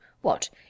What